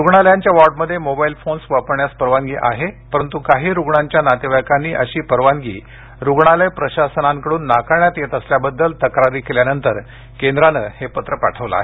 रुग्णालयांच्या वार्डमध्ये mobile phones वापरण्यास परवानगी आहे परंतु काही रुग्णांच्या नातेवाईकांनी अशी परवानगी रुग्णालय प्रशासनांकडून नाकारण्यात येत असल्याबद्दल तक्रारी केल्यानंतर केंद्रानं हे पत्र पाठवलं आहे